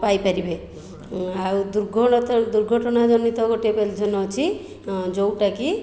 ପାଇପାରିବେ ଆଉ ଦୁର୍ଘଟଣାଜନିତ ଗୋଟିଏ ପେନ୍ସନ୍ ଅଛି ଯେଉଁଟାକି